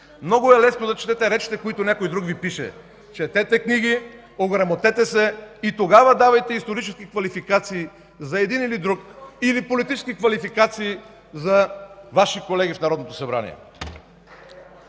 Много е лесно да четете речите, които някой друг ги пише. Четете книги, ограмотете се и тогава давайте исторически квалификации за един или друг, или политически квалификации за Ваши колеги в Народното събрание.